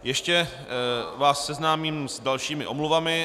Ještě vás seznámím s dalšími omluvami.